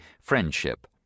friendship